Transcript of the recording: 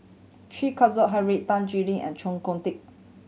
Chen Kezhan Henri Tan Chuan Jin and Chee Kong Tet